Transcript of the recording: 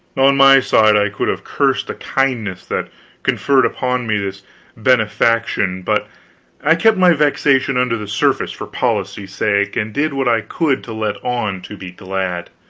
on my side, i could have cursed the kindness that conferred upon me this benefaction, but i kept my vexation under the surface for policy's sake, and did what i could to let on to be glad.